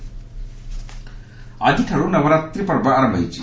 ନବରାତ୍ର ଆକିଠାରୁ ନବରାତ୍ର ପର୍ବ ଆରମ୍ଭ ହୋଇଛି